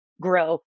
grow